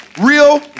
Real